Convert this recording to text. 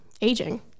aging